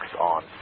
on